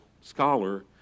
scholar